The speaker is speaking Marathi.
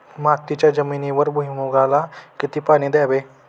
मातीच्या जमिनीवर भुईमूगाला किती पाणी द्यावे?